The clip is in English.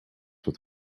with